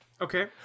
okay